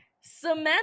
Samantha